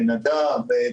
נדב,